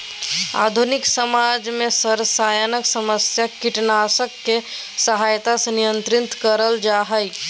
आधुनिक समाज में सरसायन समस्या कीटनाशक के सहायता से नियंत्रित करल जा हई